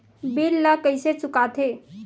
bill ला कइसे चुका थे